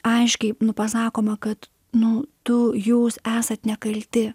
aiškiai pasakoma kad nu tų jūs esat nekalti